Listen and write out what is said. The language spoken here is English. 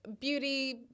beauty